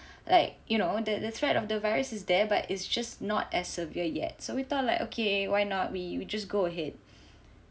like you know the the threat of the virus is there but it's just not as severe yet so we thought like okay why not we we just go ahead